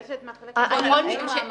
נשמע מקובל.